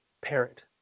parent